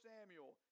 Samuel